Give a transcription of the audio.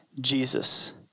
Jesus